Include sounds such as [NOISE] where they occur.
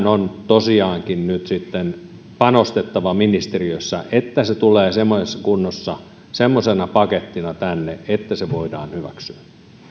[UNINTELLIGIBLE] on tosiaankin nyt sitten panostettava ministeriössä että se tulee semmoisessa kunnossa semmoisena pakettina tänne että se voidaan hyväksyä